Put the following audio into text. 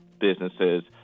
businesses